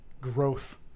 growth